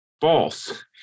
false